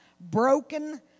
broken